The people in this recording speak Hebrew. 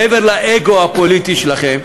מעבר לאגו הפוליטי שלכם,